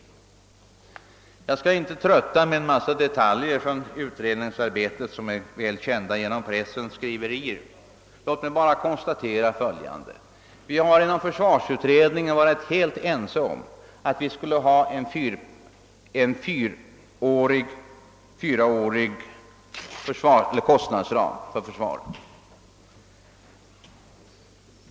Jag skall inte trötta kammaren med en massa detaljer från utredningsarbetet, vilka är välkända genom pressen. Låt mig bara konstatera följande: Vi har inom försvarsutredningen för det första varit helt ense om att vi skulle ha en fyraårig kostnadsram för försvaret.